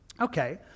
Okay